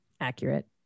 Accurate